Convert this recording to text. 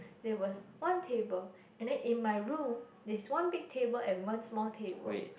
there was one table and then in my room there's one big table and one small table